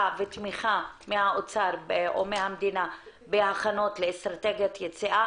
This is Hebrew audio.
ותמיכה מהאוצר או מהמדינה בהכנות לאסטרטגיית יציאה,